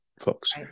folks